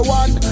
one